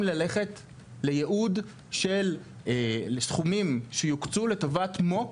ללכת לייעוד של סכומים שיוקצו לטובת מו"פ,